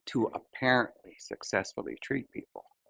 to apparently successfully treat people.